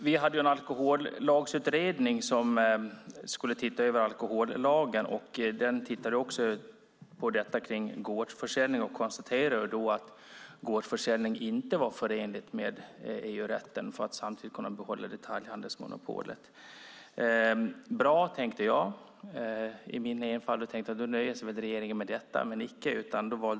Vi hade en alkohollagsutredning som skulle titta över alkohollagen. Den tittade också på gårdsförsäljning och konstaterade att den inte var förenlig med EU-rätten om man samtidigt skulle behålla detaljhandelsmonopolet. Bra, tänkte jag i min enfald - då nöjer sig väl regeringen med detta. Men icke!